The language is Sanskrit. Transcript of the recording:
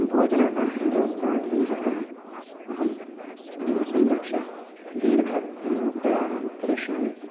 भोजनार्थं व्यवस्था इदं सर्वम् अहं संरक्ष्य दीर्घं प्रयाणं करिष्यामि